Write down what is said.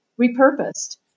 repurposed